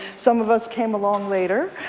some of us came along later.